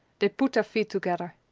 they put their feet together.